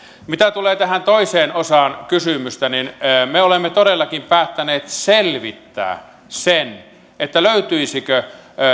mitä tulee tähän toiseen osaan kysymystä niin me olemme todellakin päättäneet selvittää sen että löytyisikö